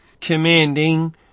commanding